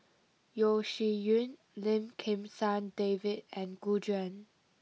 Yeo Shih Yun Lim Kim San David and Gu Juan